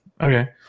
Okay